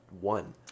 one